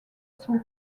son